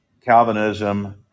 Calvinism